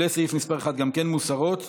לסעיף מס' 1, גם הן מוסרות.